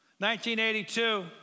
1982